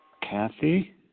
Kathy